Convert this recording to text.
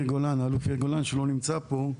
אלוף יאיר גולן שלא נמצא פה,